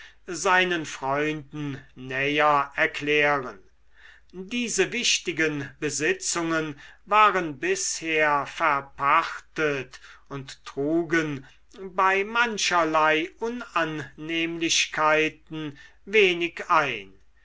seinen freunden näher erklären diese wichtigen besitzungen waren bisher verpachtet und trugen bei mancherlei unannehmlichkeiten wenig ein